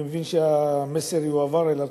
אני מבין שהמסר יועבר אליו,